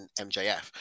MJF